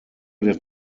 der